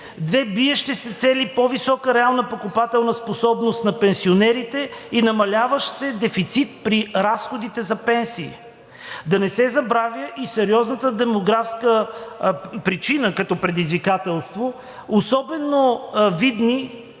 две биещи се цели – по-висока реална покупателна способност на пенсионерите и намаляващ се дефицит при разходите за пенсии. Да не се забравя и сериозната демографска причина, като предизвикателство е особено видно